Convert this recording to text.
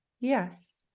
yes